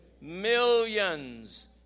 Millions